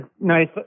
nice